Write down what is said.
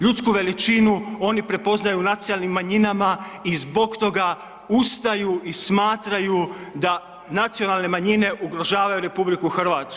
Ljudsku veličinu oni prepoznaju u nacionalnim manjinama i zbog toga ustaju i smatraju da nacionalne manjine ugrožavaju RH.